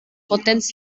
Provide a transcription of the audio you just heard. potenz